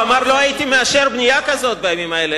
הוא אמר: לא הייתי מאשר בנייה כזאת בימים האלה,